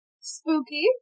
Spooky